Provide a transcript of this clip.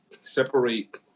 separate